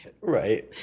Right